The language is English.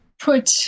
put